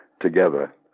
together